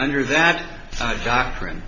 under that doctrine